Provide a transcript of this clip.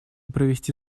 провести